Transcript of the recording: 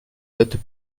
hautes